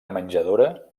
menjadora